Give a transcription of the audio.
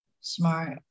Smart